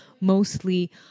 mostly